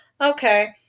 Okay